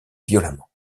violemment